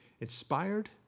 inspired